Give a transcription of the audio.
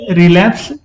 relapse